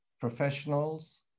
professionals